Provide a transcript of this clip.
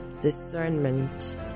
discernment